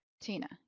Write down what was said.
Tina